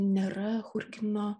nėra churgino